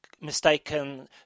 mistaken